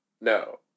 No